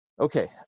Okay